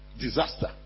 disaster